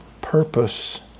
purpose